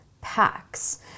packs